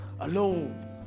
Alone